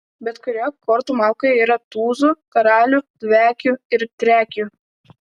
bet kurioje kortų malkoje yra tūzų karalių dviakių ir triakių